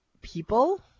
people